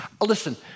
listen